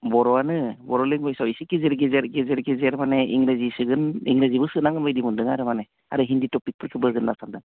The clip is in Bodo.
बर'आनो बर' लेंगुवेजआव एसे गेजेर गेजेर माने इंग्राजि सोगोन इंग्राजिबो सोनांगौ बायदि मोनदों आरो माने आरो हिन्दि टपिकफोरखौबो होगोन होनना सानदों